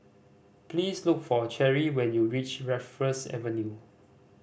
please look for Cherri when you reach Raffles Avenue